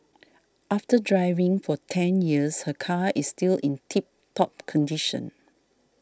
after driving for ten years her car is still in tip top condition